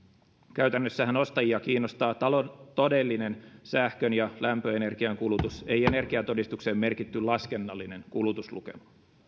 käytännössähän ostajia kiinnostaa talon todellinen sähkön ja lämpöenergian kulutus ei energiatodistukseen merkitty laskennallinen kulutuslukema